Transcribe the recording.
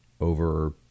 over